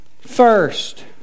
first